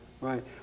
Right